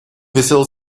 висел